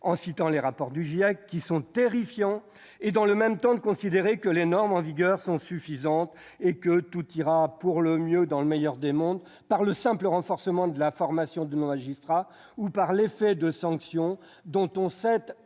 en citant les rapports du GIEC, qui sont terrifiants, et de considérer, dans le même temps, que les normes en vigueur sont suffisantes et que tout ira pour le mieux dans le meilleur des mondes par le simple renforcement de la formation de nos magistrats ou par l'effet de sanctions, dont on sait